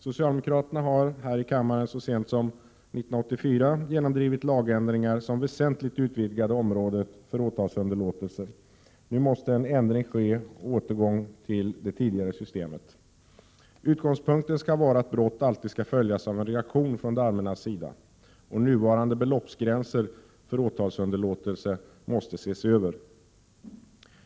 Socialdemokraterna har här i kammaren så sent som 1984 genomdrivit lagändringar som väsentligt utvidgade området för åtalsunderlåtelse. Nu måste en ändring ske, en återgång till det tidigare systemet. Utgångspunkten skall vara att brott alltid skall följas av en reaktion från det allmännas sida. Nuvarande beloppsgränser för åtalsunderlåtelse måste ses över.